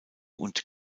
und